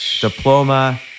diploma